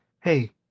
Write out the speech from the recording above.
Hey